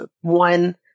one